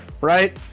right